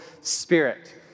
spirit